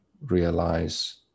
realize